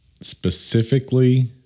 Specifically